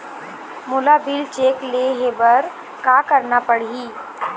मोला bill check ले हे बर का करना पड़ही ही?